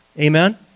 Amen